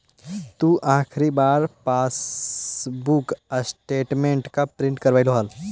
तु आखिरी बार पासबुक स्टेटमेंट कब प्रिन्ट करवैलु हल